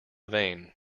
vein